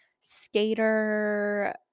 skater